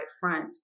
front